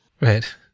Right